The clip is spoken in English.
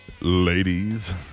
Ladies